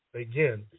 again